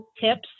tips